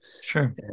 Sure